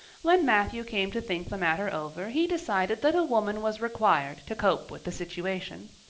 when matthew came to think the matter over he decided that a woman was required to cope with the situation.